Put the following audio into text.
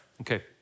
Okay